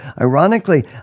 ironically